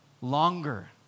longer